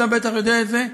אתה בטח יודע את זה,